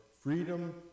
freedom